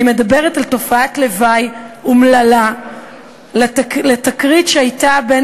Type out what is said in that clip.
אני מדברת על תופעת לוואי אומללה לתקרית שהייתה בין